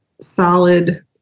solid